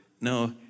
no